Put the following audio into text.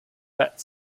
that